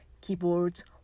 keyboards